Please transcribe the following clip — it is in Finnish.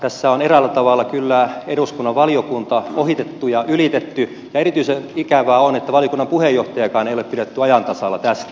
tässä on eräällä tavalla kyllä eduskunnan valiokunta ohitettu ja ylitetty ja erityisen ikävää on että valiokunnan puheenjohtajaakaan ei ole pidetty ajan tasalla tästä